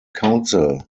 council